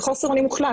זה חוסר אונים מוחלט,